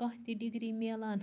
کانٛہہ تہِ ڈگری ملان